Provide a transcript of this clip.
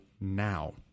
now